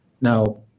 Now